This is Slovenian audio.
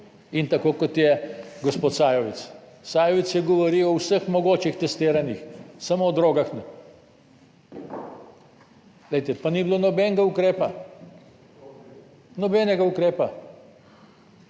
in tako kot je gospod Sajovic. Sajovic je govoril o vseh mogočih testiranjih, samo o drogah ne, glejte, pa ni bilo nobenega ukrepa, nobenega ukrepa.